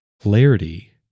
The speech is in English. clarity